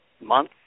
month